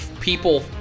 people